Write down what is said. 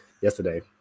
yesterday